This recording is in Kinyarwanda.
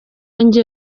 njye